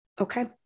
okay